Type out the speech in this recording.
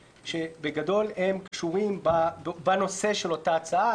שבגדול הם קשורים בנושא של אותה הצעה.